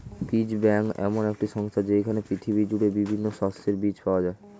বীজ ব্যাংক এমন একটি সংস্থা যেইখানে পৃথিবী জুড়ে বিভিন্ন শস্যের বীজ পাওয়া যায়